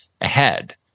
ahead